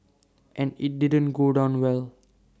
and IT didn't go down well